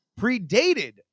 predated